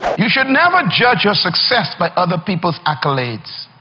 you should never judge your success by other people's accolades.